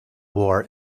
war